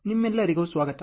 ನಿಮ್ಮೆಲ್ಲರಿಗೂ ಸ್ವಾಗತ